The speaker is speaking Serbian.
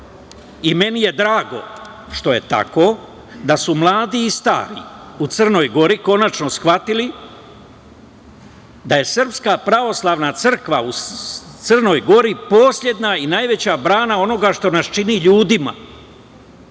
i meni je drago što je tako, da su mladi i stari u Crnoj Gori konačno shvatili da je SPC u Crnoj Gori poslednja i najveća brana onoga što nas čini ljudima,